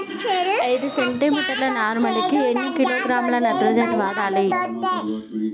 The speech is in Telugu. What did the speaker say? ఐదు సెంటి మీటర్ల నారుమడికి ఎన్ని కిలోగ్రాముల నత్రజని వాడాలి?